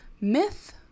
Myth